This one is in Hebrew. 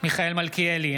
מיכאל מלכיאלי,